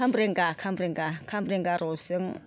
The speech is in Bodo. खामब्रेंगा खामब्रेंगा खामब्रेंगा रसजों